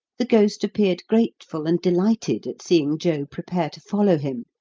the ghost appeared grateful and delighted at seeing joe prepare to follow him,